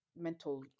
mental